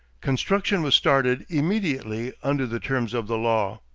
construction was started immediately under the terms of the law.